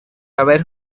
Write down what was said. haber